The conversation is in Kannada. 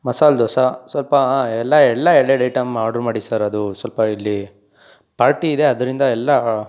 ಮಸಾಲೆ ದೋಸೆ ಸ್ವಲ್ಪ ಎಲ್ಲ ಎಲ್ಲ ಎರಡೆರಡು ಐಟೆಮ್ ಆರ್ಡ್ರು ಮಾಡಿ ಸರ್ ಅದು ಸ್ವಲ್ಪ ಇಲ್ಲಿ ಪಾರ್ಟಿ ಇದೆ ಅದರಿಂದ ಎಲ್ಲ